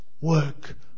work